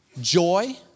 joy